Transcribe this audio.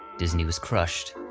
disney was crushed.